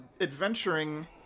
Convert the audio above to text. Adventuring